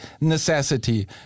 necessity